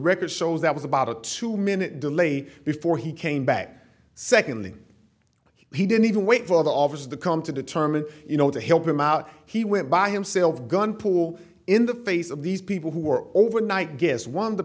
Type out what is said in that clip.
record shows that was about a two minute delay before he came back secondly he didn't even wait for the obvious the come to determine you know to help him out he went by himself gun pool in the face of these people who were over night guess one